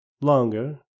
longer